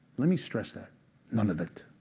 let me stress that none of it.